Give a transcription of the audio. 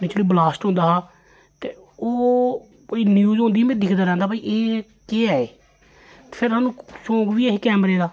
जेल्लै बलास्ट होंदा हा ओह् कोई न्यूज औंदी में दिखदा रौंह्दा हा भाई ऐ केह् ऐ एह् फिर सानू शौंक बी ऐ ही कैमरे दा